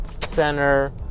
center